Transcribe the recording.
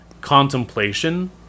contemplation